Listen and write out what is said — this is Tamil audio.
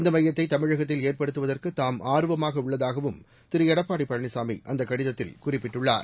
இந்த மையத்தை தமிழகத்தில் ஏற்படுத்துகற்கு தாம் ஆர்வமாக உள்ளதாகவும் திரு எடப்பாடி பழனிசாமி அந்த கடிதத்தில் குறிப்பிட்டுள்ளார்